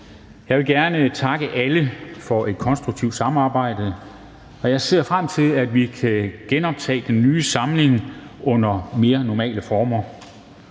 Jeg vil gerne takke alle for et konstruktivt samarbejde, og jeg ser frem til, at vi kan genoptage den nye samling under mere normale former.